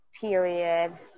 period